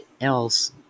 else